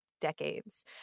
decades